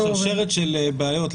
יש שרשרת של בעיות,